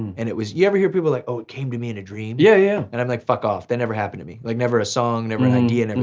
and it was, you ever hear people like, oh it came to me in a dream? yeah, yeah. and i'm like fuck off, that never happened to me. like never a song, never an idea, and